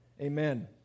Amen